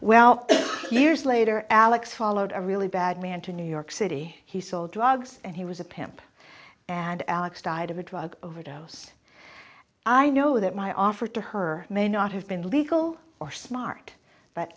well years later alex followed a really bad man to new york city he sold drugs and he was a pimp and alex died of a drug overdose i know that my offer to her may not have been legal or smart but